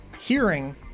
hearing